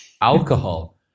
alcohol